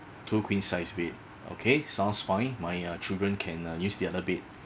two queen size bed okay sounds fine my uh children can uh use the other bed